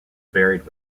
buried